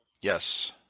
Yes